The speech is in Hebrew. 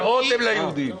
--- הם ליהודים.